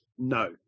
No